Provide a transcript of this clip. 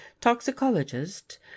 toxicologist